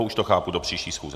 Už to chápu, do příští schůze.